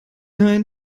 ein